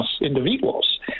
individuals